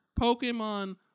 Pokemon